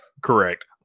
correct